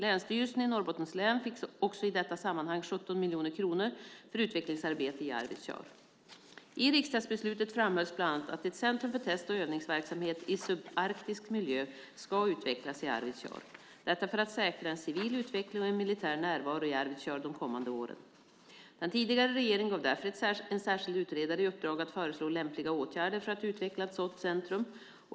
Länsstyrelsen i Norrbottens län fick också i detta sammanhang 17 miljoner kronor för utvecklingsarbete i Arvidsjaur. I riksdagsbeslutet framhölls bland annat att ett centrum för test och övningsverksamhet i subarktisk miljö ska utvecklas i Arvidsjaur - detta för att säkra en civil utveckling och militär närvaro i Arvidsjaur de kommande åren. Den tidigare regeringen gav därför en särskild utredare i uppdrag att föreslå lämpliga åtgärder för att utveckla ett sådant centrum.